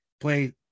play